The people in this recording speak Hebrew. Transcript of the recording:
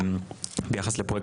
ביחס לפרויקט